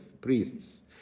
priests